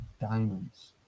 diamonds